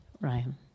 Ryan